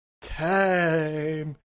time